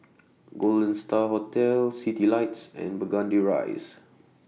Golden STAR Hotel Citylights and Burgundy Rise